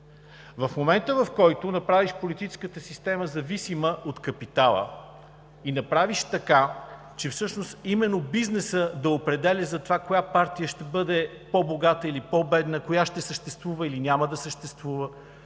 В момента, в който направиш политическата система зависима от капитала, така че всъщност именно бизнесът да определя това коя партия ще бъде по-богата или по-бедна, коя ще съществува или няма да съществува